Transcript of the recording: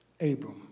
Abram